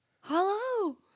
hello